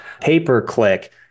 pay-per-click